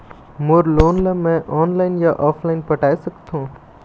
मोर loan ला मैं online या ऑफलाइन पटाए सकथों?